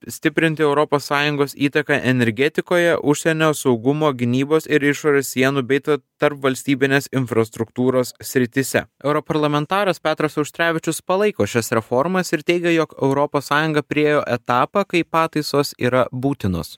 stiprinti europos sąjungos įtaką energetikoje užsienio saugumo gynybos ir išorės sienų bei ta tarpvalstybinės infrastruktūros srityse europarlamentaras petras auštrevičius palaiko šias reformas ir teigia jog europos sąjunga priėjo etapą kai pataisos yra būtinos